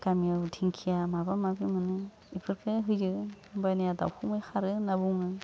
गामियाव दिंखिया माबा माबि मोनो इफोरखो होयो होमबानिया दावखुमै खारो होनना बुङो